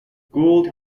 gould